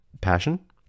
passion